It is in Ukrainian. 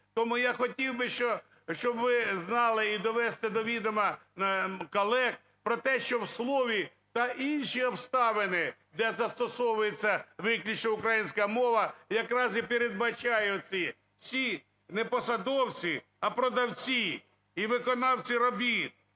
Тому я хотів би, щоб ви знали і довести до відома колег про те, що в слові "та інші обставини", де застосовується виключно українська мова, якраз і передбачаються ці не посадовці, а продавці і виконавці робіт,